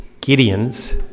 Gideon's